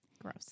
Gross